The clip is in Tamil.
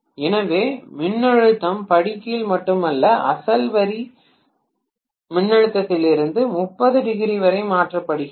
எனவே மின்னழுத்தம் படி கீழ் மட்டுமல்ல அசல் வரி மின்னழுத்தத்திலிருந்து 30 டிகிரி வரை மாற்றப்படுகிறது